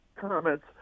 comments